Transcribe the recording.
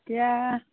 এতিয়া